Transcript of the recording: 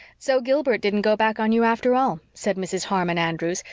so gilbert didn't go back on you after all, said mrs. harmon andrews,